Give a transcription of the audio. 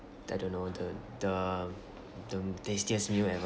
I don't know the the the tastiest meal ever